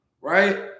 right